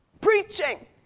Preaching